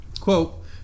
Quote